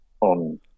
on